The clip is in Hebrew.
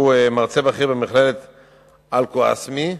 מרצה בכיר במכללת אלקאסמי,